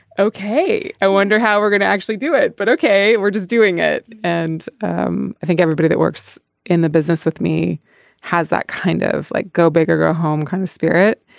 ok i wonder how we're going to actually do it but okay we're just doing it and um i think everybody that works in the business with me has that kind of like go big or go home kind of spirit.